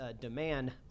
demand